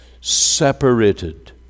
separated